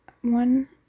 One